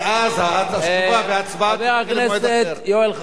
עכשיו לעצם העניין.